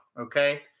Okay